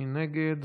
מי נגד?